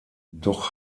doch